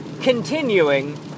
continuing